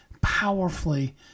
powerfully